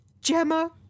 Gemma